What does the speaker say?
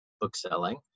bookselling